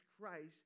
Christ